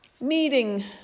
meeting